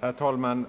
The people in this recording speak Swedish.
Herr talman!